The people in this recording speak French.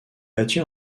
battue